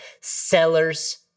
Sellers